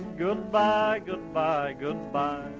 goodbye, goodbye, goodbye. um